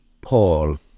Paul